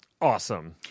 Awesome